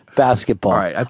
basketball